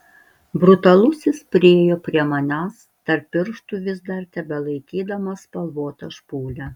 brutalusis priėjo prie manęs tarp pirštų vis dar tebelaikydamas spalvotą špūlę